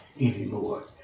anymore